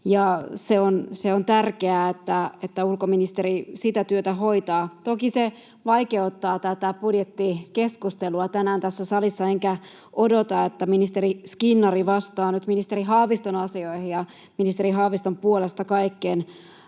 se on tärkeää, että ulkoministeri sitä työtä hoitaa. Toki se vaikeuttaa tätä budjettikeskustelua tänään tässä salissa, enkä odota, että ministeri Skinnari vastaa nyt ministeri Haaviston asioihin ja ministeri Haaviston puolesta kaikkiin